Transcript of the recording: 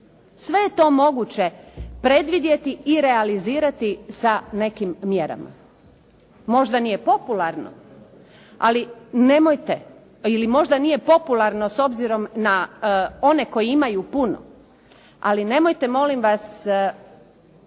Sve je to moguće predvidjeti i realizirati sa nekim mjerama. Možda nije popularno, ali nemojte, ili možda nije popularno s obzirom na one koji imaju puno, ali nemojte molim vas